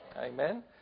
Amen